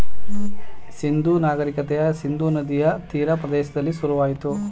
ಸಿಂಧೂ ನಾಗರಿಕತೆಯ ಸಿಂಧೂ ನದಿಯ ತೀರ ಪ್ರದೇಶದಲ್ಲಿ ಶುರುವಾಯಿತು